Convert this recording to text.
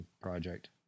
project